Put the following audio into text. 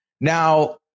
now